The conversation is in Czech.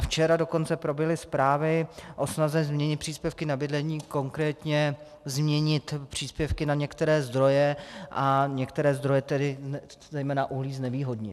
Včera dokonce proběhly zprávy o snaze změnit příspěvky na bydlení, konkrétně změnit příspěvky na některé zdroje a některé zdroje, tedy zejména uhlí, znevýhodnit.